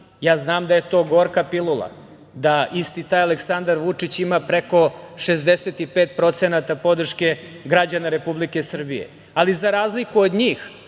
Ja znam da je to gorka pilula, da isti taj Aleksandar Vučić ima preko 65% podrške građana Republike Srbije.Za razliku od njih